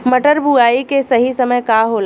मटर बुआई के सही समय का होला?